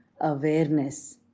awareness